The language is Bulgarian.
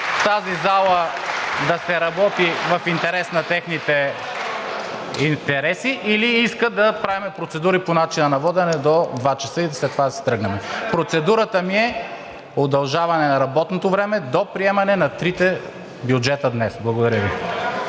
тази зала да се работи в интерес на техните интереси или иска да правим процедури по начина на водене до 14,00 ч., и след това да си тръгнем. Процедурата ми е удължаване на работното време до приемане на трите бюджета днес. Благодаря Ви.